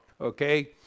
Okay